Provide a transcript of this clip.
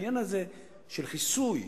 העניין הזה של חיסוי,